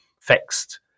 fixed